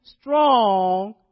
strong